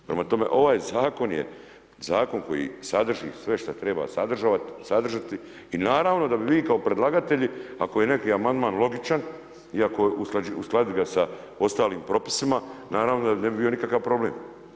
Prema tome, ovaj Zakon je Zakon koji sadrži sve što treba sadržavati i naravno da bi vi kao predlagatelji, ako je neki amandman logičan i ako uskladit ga sa ostalim propisima, naravno da ne bi bio nikakav problem.